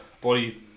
body